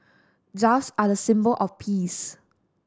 doves are a symbol of peace